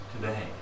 today